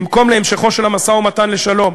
במקום להמשכו של המשא-ומתן לשלום,